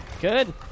Good